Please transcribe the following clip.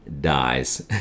dies